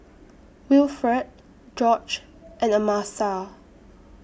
Wilfred George and Amasa